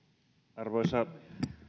arvoisa